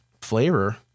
flavor